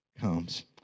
comes